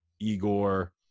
igor